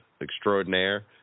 extraordinaire